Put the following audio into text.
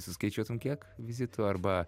suskaičiuotum kiek vizitų arba